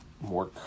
more